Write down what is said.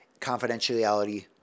confidentiality